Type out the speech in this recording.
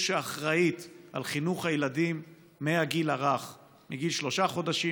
שאחראית לחינוך הילדים מהגיל הרך מגיל שלושה חודשים,